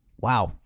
Wow